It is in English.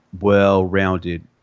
well-rounded